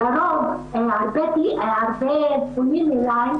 רבות פונות אליי,